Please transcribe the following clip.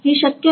हे शक्य नाही